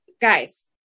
guys